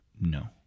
No